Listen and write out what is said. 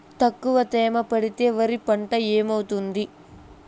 తక్కువ తేమ పెడితే వరి పంట ఏమవుతుంది